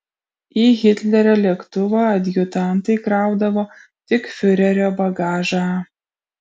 į hitlerio lėktuvą adjutantai kraudavo tik fiurerio bagažą